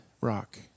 rock